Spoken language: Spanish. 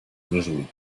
brunswick